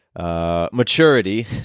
Maturity